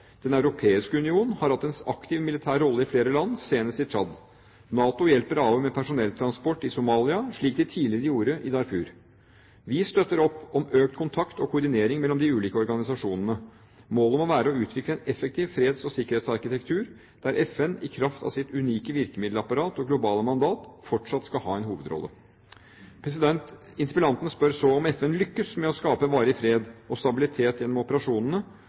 Den europeiske union har hatt en aktiv militær rolle i flere land, senest i Tsjad. NATO hjelper AU med personelltransport i Somalia, slik de tidligere gjorde i Darfur. Vi støtter opp om økt kontakt og koordinering mellom de ulike organisasjonene. Målet må være å utvikle en effektiv freds- og sikkerhetsarkitektur, der FN i kraft av sitt unike virkemiddelapparat og globale mandat fortsatt skal ha en hovedrolle. Interpellanten spør så om FN lykkes med å skape varig fred og stabilitet gjennom operasjonene